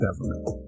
government